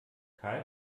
karl